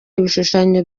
ibishushanyo